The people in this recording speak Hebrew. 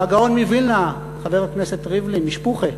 והגאון מווילנה, חבר הכנסת ריבלין, משפוחה,